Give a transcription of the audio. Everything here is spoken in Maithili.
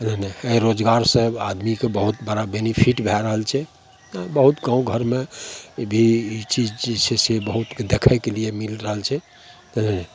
नहि नहि एहि रोजगारसे आदमीके बहुत बड़ा बेनिफिट भए रहल छै बहुत गामघरमे भी ई चीज जे छै से बहुत देखैके लिए मिलि रहल छै